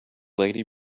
lady